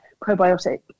probiotic